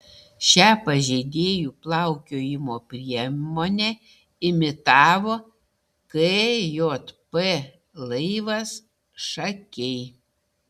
šią pažeidėjų plaukiojimo priemonę imitavo kjp laivas šakiai